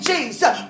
Jesus